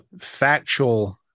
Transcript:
factual